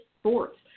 sports